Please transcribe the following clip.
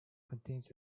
contains